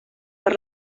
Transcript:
per